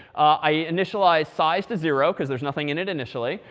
i initialized size to zero, because there's nothing in it initially.